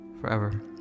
forever